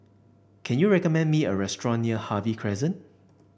can you recommend me a restaurant near Harvey Crescent